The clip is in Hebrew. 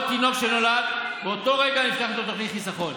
פחדנות של פוליטיקאים במקום להתמודד.